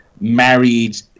married